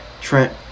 Trent